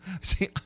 See